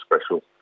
special